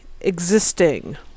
existing